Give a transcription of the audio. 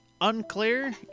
unclear